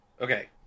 Okay